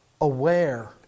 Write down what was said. aware